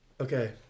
Okay